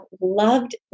loved